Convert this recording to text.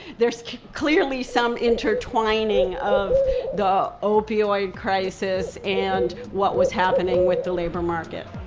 there's clearly some intertwining of the opioid crisis and what was happening with the labor market